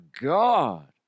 God